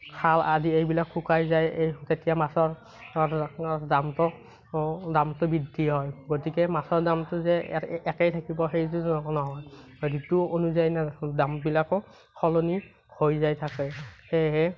খাল আদি এইবিলাক শুকাই যায় এই তেতিয়া মাছৰ দামটো দামটো বৃদ্ধি হয় গতিকে মাছৰ দামটো যে একেই থাকিব সেইটো নহয় ঋতু অনুযায়ী দামবিলাকো সলনি হৈ যায় থাকে সেয়েহে